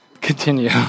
Continue